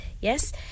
Yes